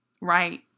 right